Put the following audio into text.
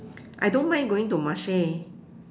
I don't mind going to Marche